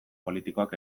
politikoak